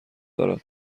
دارد